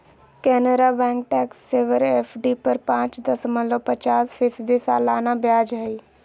Canara bank tax saver FD पर पाच दशमलब पचास फीसदी सालाना ब्याज हइ